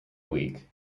week